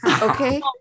Okay